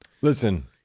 Listen